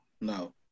no